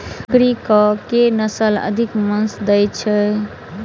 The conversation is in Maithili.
बकरी केँ के नस्ल अधिक मांस दैय छैय?